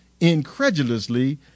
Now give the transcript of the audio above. incredulously